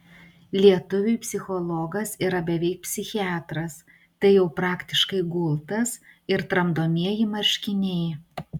lietuviui psichologas yra beveik psichiatras tai jau praktiškai gultas ir tramdomieji marškiniai